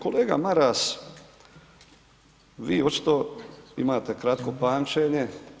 Kolega Maras, vi očito imate kratko pamćenje.